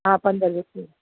હા પંદર વ્યક્તિ